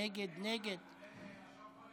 נגד, נגד, נגד?